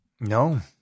no